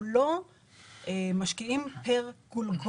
אנחנו לא משקיעים תקציב פר-גולגולת.